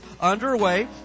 underway